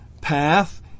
path